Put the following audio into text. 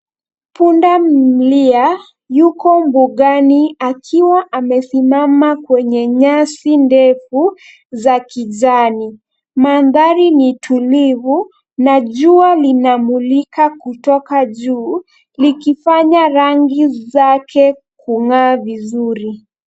Pundamlia yuko mbugani akiwa amesimama kwenye nyasi ndefu za kijani. Mandari ni tulivu na jua linamulika kutoka juu likifanya rangi zake kung'aa vizuri.